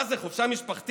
מה זה, חופשה משפחתית?